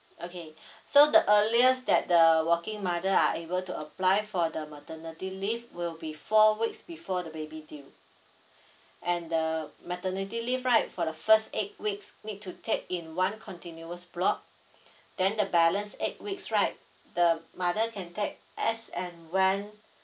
okay so the earliest that the working mother are able to apply for the maternity leave will be four weeks before the baby due and the maternity leave right for the first eight weeks need to take in one continuous block then the balance eight weeks right the mother can take as and when